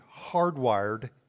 hardwired